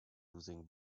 using